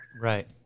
Right